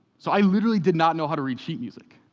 so i literally did not know how to read sheet music.